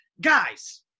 Guys